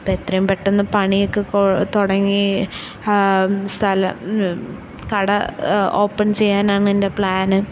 അപ്പോൾ എത്രയും പെട്ടന്ന് പണിയൊക്കെ തുടങ്ങി സ്ഥലം കട ഓപ്പണ് ചെയ്യാനാണെന്റെ പ്ലാന്